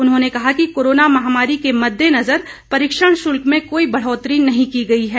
उन्होंने कहा कि कोरोना महामारी के मददेनजर परीक्षण शुल्क में कोई बढोतरी नहीं की गई है